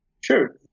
sure